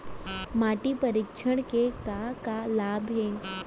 माटी परीक्षण के का का लाभ हे?